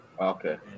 Okay